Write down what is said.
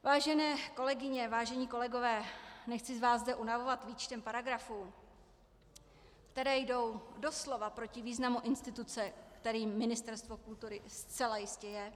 Vážené kolegyně, vážení kolegové, nechci vás zde unavovat výčtem paragrafů, které jdou doslova proti významu instituce, kterou Ministerstvo kultury zcela jistě je.